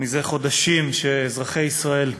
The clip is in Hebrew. מזה חודשים אזרחי ישראל,